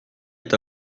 est